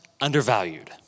undervalued